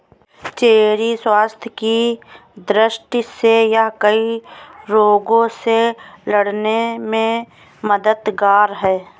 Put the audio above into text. cherry स्वास्थ्य की दृष्टि से यह कई रोगों से लड़ने में मददगार है